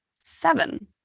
seven